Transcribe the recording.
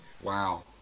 Wow